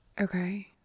Okay